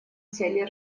цели